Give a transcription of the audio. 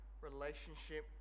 relationship